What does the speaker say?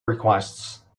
requests